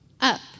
Up